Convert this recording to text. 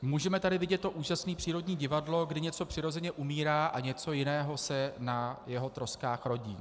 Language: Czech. Můžeme tady vidět to úžasné přírodní divadlo, kdy něco přirozeně umírá a něco jiného se na jeho troskách rodí.